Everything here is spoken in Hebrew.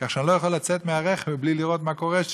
כך שאני לא יכול לצאת מהרכב בלי לראות מה קורה שם.